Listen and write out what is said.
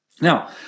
Now